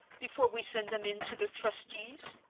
before we send them in to the trustees?